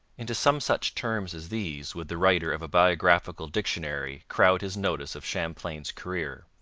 into some such terms as these would the writer of a biographical dictionary crowd his notice of champlain's career,